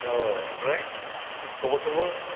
औ ओमफ्राय खबर सबर